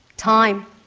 time,